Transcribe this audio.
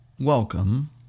Welcome